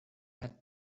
had